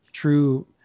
true